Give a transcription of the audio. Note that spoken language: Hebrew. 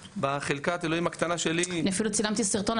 בחלקת האלוהים הקטנה שלי --- אני אפילו צילמתי סרטון,